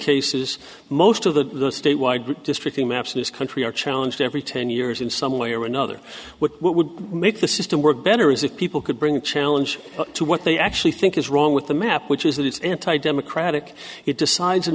cases most of the statewide district maps in this country are challenged every ten years in some way or another what would make the system work better is if people could bring a challenge to what they actually think is wrong with the map which is that it's anti democratic it decides in